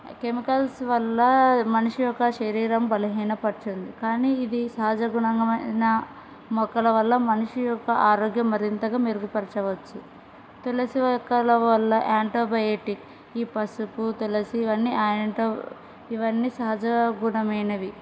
chemicals వల్ల మనిషి యొక్క శరీరం బలహీనపడుతుంది కానీ ఇది సహజ గుణమైన మొక్కల వల్ల మనిషి యొక్క ఆరోగ్య మరింతగా మెరుగుపరచవచ్చు తులసి మొక్కల వల్ల యాంటోబయోటిక్స్ ఈ పసుపు తులసి ఇవన్నీయాంట ఇవన్నీ సహజ గుణమైనవి